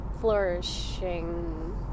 flourishing